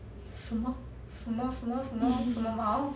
什么什么什么什么什么毛